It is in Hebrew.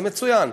זה מצוין.